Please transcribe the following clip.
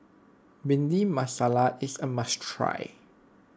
Bhindi Masala is a must try